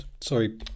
sorry